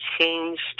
changed